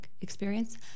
experience